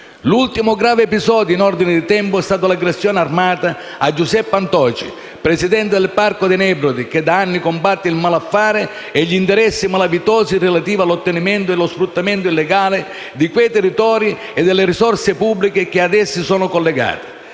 L'ultimo grave episodio in ordine di tempo è stata l'aggressione armata a Giuseppe Antoci, presidente del Parco dei Nebrodi, che da anni combatte il malaffare e gli interessi malavitosi relativi all'ottenimento e allo sfruttamento illegale di quei territori e delle risorse pubbliche che a essi sono collegate.